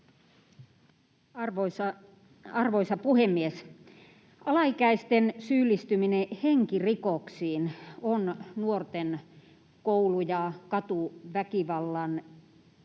Arvoisa puhemies! Alaikäisten syyllistyminen henkirikoksiin on nuorten koulu- ja katuväkivallan jäävuoren